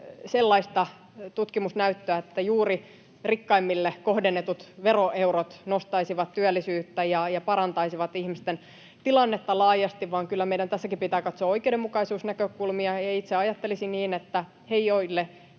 sellaista tutkimusnäyttöä, että juuri rikkaimmille kohdennetut veroeurot nostaisivat työllisyyttä ja parantaisivat ihmisten tilannetta laajasti, vaan kyllä meidän tässäkin pitää katsoa oikeudenmukaisuusnäkökulmia, ja itse ajattelisin, että heidän